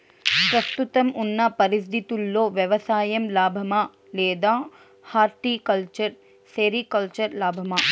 ప్రస్తుతం ఉన్న పరిస్థితుల్లో వ్యవసాయం లాభమా? లేదా హార్టికల్చర్, సెరికల్చర్ లాభమా?